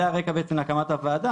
זה הרקע בעצם להקמת הוועדה,